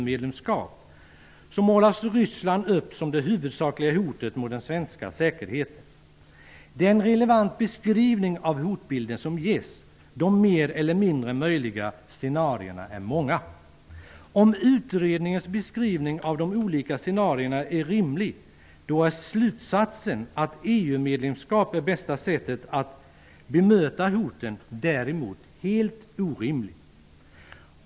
medlemskap målas Ryssland upp som det huvudsakliga hotet mot den svenska säkerheten. Det är en relevant beskrivning av hotbilden som ges. De mer eller mindre möjliga scenarierna är många. Om utredningens beskrivning av de olika scenarierna är rimlig, är slutsatsen att EU medlemskap är bästa sättet att bemöta hoten däremot helt orimlig.